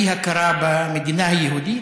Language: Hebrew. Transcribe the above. אי-הכרה במדינה היהודית,